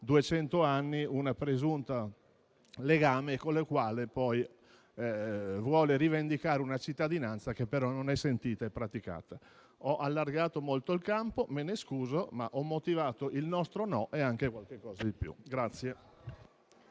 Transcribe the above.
anni un presunto legame, con il quale vuole rivendicare una cittadinanza che però non è sentita e praticata. Ho allargato molto il campo, me ne scuso, ma ho motivato il nostro no e ho anche detto qualcosa in più.